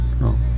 No